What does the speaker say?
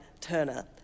Turner